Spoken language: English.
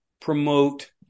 promote